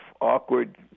awkward